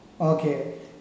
Okay